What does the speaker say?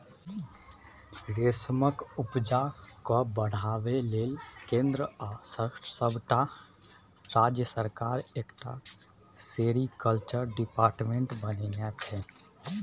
रेशमक उपजा केँ बढ़ाबै लेल केंद्र आ सबटा राज्य सरकार एकटा सेरीकल्चर डिपार्टमेंट बनेने छै